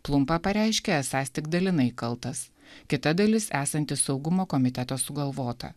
plumpa pareiškė esąs tik dalinai kaltas kita dalis esanti saugumo komiteto sugalvota